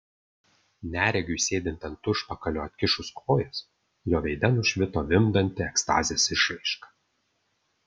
neregiui sėdint ant užpakalio atkišus kojas jo veide nušvito vimdanti ekstazės išraiška